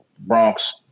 Bronx